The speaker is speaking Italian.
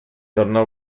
tornò